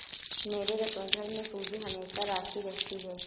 मेरे रसोईघर में सूजी हमेशा राखी रहती है